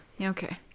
Okay